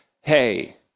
Hey